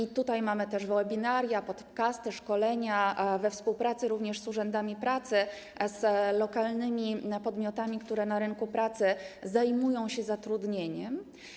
I tutaj mamy webinaria, podcasty, szkolenia we współpracy również z urzędami pracy, z lokalnymi podmiotami, które na rynku pracy zajmują się zatrudnieniem.